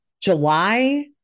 July